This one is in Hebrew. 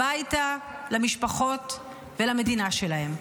הביתה, למשפחות ולמדינה שלהם.